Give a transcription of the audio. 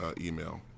email